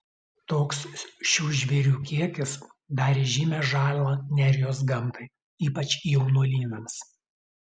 toks šių žvėrių kiekis darė žymią žalą nerijos gamtai ypač jaunuolynams